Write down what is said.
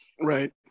Right